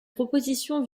propositions